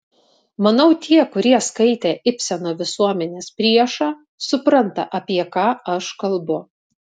manau tie kurie skaitė ibseno visuomenės priešą supranta apie ką aš kalbu